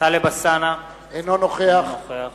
טלב אלסאנע, אינו נוכח